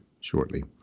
shortly